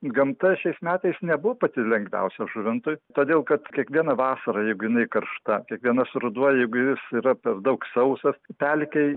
gamta šiais metais nebuvo pati lengviausia žuvintui todėl kad kiekvieną vasarą jeigu jinai karšta kiekvienas ruduo jeigu jis yra per daug sausas pelkei